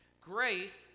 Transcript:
Grace